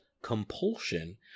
compulsion